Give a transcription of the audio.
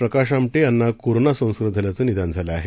प्रकाश आमटे यांना कोरोना संसर्ग झाल्याचं निदान झालं आहे